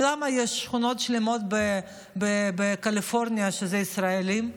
למה יש שכונות שלמות בקליפורניה של ישראלים,